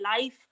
life